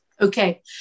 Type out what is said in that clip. Okay